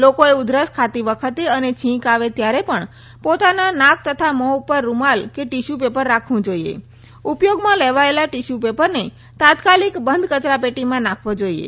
લોકોએ ઉધરસ ખાતી વખતે અને છીંક આવે ત્યારે પણ પોતાના નાક તથા મોં પર રૂમાલ કે ટીશ્યુ પેપર રાખવું જોઈએ ઉપયોગમાં લેવાયેલા ટિશ્યુ પેપરને તાત્કાલિક બંધ કચરા પેટીમાં નાખવા જોઈએ